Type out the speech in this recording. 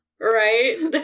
Right